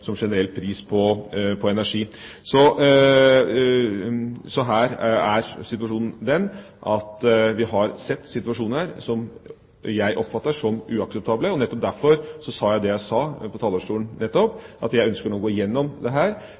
generell pris på energi. Så her er situasjonen den at vi har sett situasjoner som jeg oppfatter som uakseptable. Nettopp derfor sa jeg det som jeg sa på talerstolen nettopp, at jeg ønsker nå å gå igjennom dette og få NVEs vurderinger av det